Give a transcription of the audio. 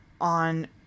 on